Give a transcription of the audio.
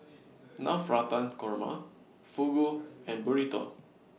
Navratan Korma Fugu and Burrito